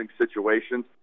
situations